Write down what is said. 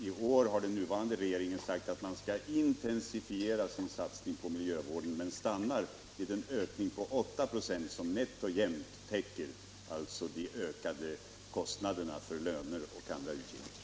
I år har den nuvarande regeringen sagt att man skall intensifiera satsningen på miljövården men stannar vid en ökning på 8 96, som nätt och jämnt täcker de ökade kostnaderna för löner och andra utgifter.